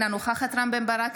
אינה נוכחת רם בן ברק,